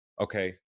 Okay